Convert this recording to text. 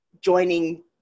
joining